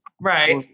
Right